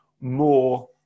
more